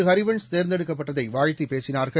ஹரிவன்ஷ் தேர்ந்தெடுக்கப்பட்டதை வாழ்த்திப் பேசினார்கள்